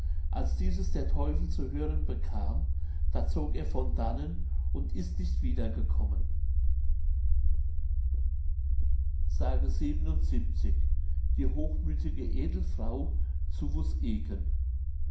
als dieses der teufel zu hören bekam da zog er von dannen und ist nicht wieder gekommen v schwarz pommersche städte geschichte historie v d grafschaft sützkow s die hochmüthige edelfrau zu